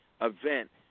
event